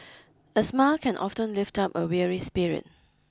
a smile can often lift up a weary spirit